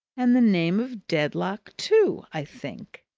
and the name of dedlock, too, i think.